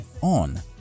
on